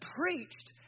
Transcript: preached